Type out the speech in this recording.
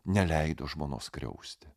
neleido žmonos skriausti